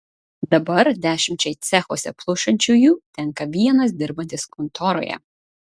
dabar dešimčiai cechuose plušančiųjų tenka vienas dirbantis kontoroje